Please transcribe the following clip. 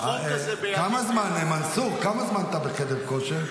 כמה זמן, מנסור, כמה זמן אתה בחדר כושר?